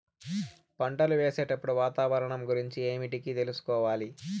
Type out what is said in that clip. పంటలు వేసేటప్పుడు వాతావరణం గురించి ఏమిటికి తెలుసుకోవాలి?